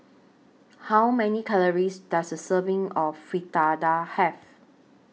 How Many Calories Does A Serving of Fritada Have